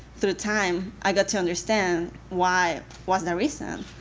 through time, i got to understand why was the reason.